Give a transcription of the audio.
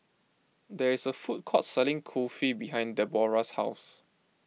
there is a food court selling Kulfi behind Debora's house